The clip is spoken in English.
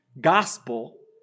gospel